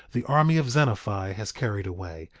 the army of zenephi has carried away,